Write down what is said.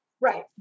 Right